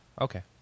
Okay